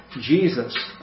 Jesus